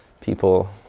people